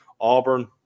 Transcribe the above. Auburn